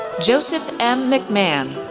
joseph m. mcmahon,